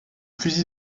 fusil